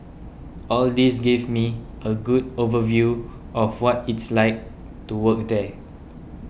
all this gave me a good overview of what it's like to work there